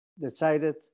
decided